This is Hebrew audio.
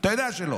אתה יודע שלא.